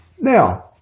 Now